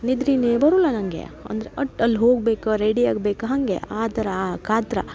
ನಿದ್ರಿನೇ ಬರುಲ್ಲ ನನಗೆ ಅಂದ್ರ ಅಟ್ ಅಲ್ಲಿ ಹೋಗ್ಬೇಕು ರೆಡಿ ಆಗ್ಬೇಕು ಹಾಗೆ ಆ ಥರ ಆ ಕಾತುರ